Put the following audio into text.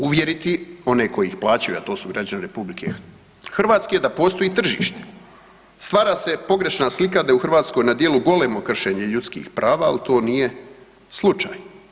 Uvjeriti one koji ih plaćaju, a to su građani Republike Hrvatske da postoji tržište, stvara se pogrešna slika da je u Hrvatskoj na djelu golemo kršenje ljudskih prava, ali to nije slučaj.